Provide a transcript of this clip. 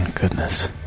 Goodness